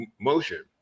motion